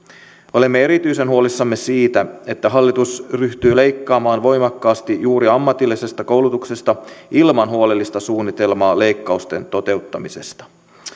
olemme erityisen huolissamme siitä että hallitus ryhtyy leikkaamaan voimakkaasti juuri ammatillisesta koulutuksesta ilman huolellista suunnitelmaa leikkausten toteuttamisesta